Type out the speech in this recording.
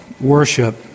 worship